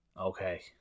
Okay